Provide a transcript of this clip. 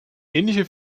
ähnliche